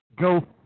go